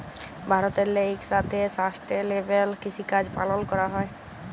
ভারতেল্লে ইকসাথে সাস্টেলেবেল কিসিকাজ পালল ক্যরা হ্যয়